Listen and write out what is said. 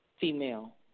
female